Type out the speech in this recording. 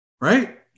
right